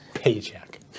Paycheck